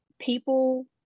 people